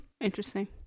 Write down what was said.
Interesting